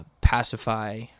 pacify